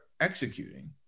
executing